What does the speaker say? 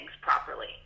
properly